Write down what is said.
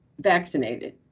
vaccinated